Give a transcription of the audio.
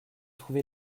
trouvé